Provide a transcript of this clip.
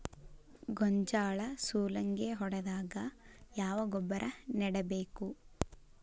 ಗೋಂಜಾಳ ಸುಲಂಗೇ ಹೊಡೆದಾಗ ಯಾವ ಗೊಬ್ಬರ ನೇಡಬೇಕು?